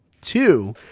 Two